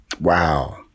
Wow